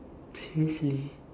seriously